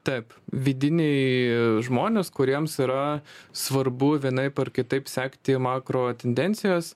taip vidiniai žmonės kuriems yra svarbu vienaip ar kitaip sekti makro tendencijas